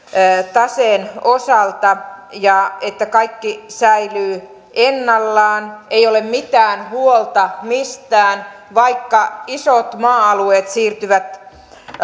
taseen osalta ja että kaikki säilyy ennallaan ei ole mitään huolta mistään vaikka isot maa alueet siirtyvät